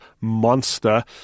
monster